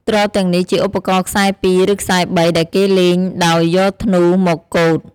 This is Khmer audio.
ទ្រទាំងនេះជាឧបករណ៍ខ្សែពីរ ឬខ្សែបី ដែលគេលេងដោយយកធ្នូមកកូត។